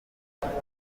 ugomba